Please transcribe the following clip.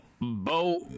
bo